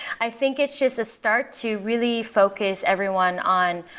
i think it's just a start to really focus everyone on,